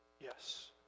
Yes